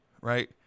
right